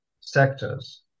sectors